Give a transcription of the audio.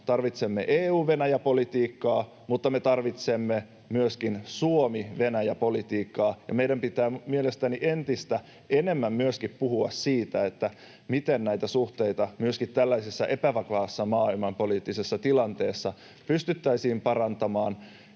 tasolla EU—Venäjä-politiikkaa, mutta me tarvitsemme myöskin Suomi—Venäjä-politiikkaa, ja meidän pitää mielestäni entistä enemmän puhua myöskin siitä, miten näitä suhteita myöskin tällaisessa epävakaassa maailmanpoliittisessa tilanteessa pystyttäisiin parantamaan,